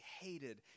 hated